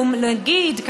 נגיד,